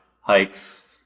hikes